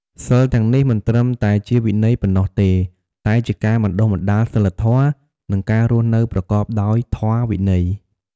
សីលទាំងនេះមិនត្រឹមតែជាវិន័យប៉ុណ្ណោះទេ តែជាការបណ្ដុះបណ្ដាលសីលធម៌ និងការរស់នៅប្រកបដោយធម៌វិន័យ។